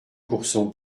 courson